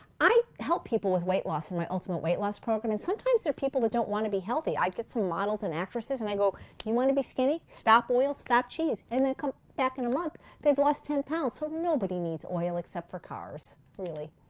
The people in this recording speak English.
i help people with weight loss in my ultimate weight loss program and sometimes there are people that don't want to be healthy. i get some models and actresses and i go, do you want to be skinny? stop oil. stop cheese, and they come back in a month and they've lost ten pounds, so nobody needs oil except for cars really,